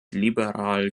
liberal